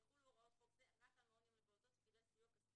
יחולו הוראות חוק זה רק על מעון יום לפעוטות שקיבל סיוע כספי